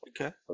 okay